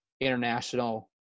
international